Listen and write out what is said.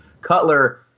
Cutler